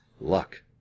luck